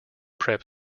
prep